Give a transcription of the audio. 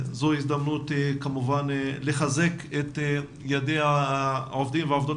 זו הזדמנות כמובן לחזק את ידי העובדים והעובדות